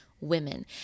women